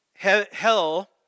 Hell